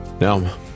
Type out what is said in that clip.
Now